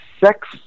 sex